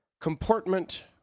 comportment